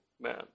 man